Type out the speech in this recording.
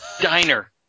Diner